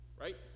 right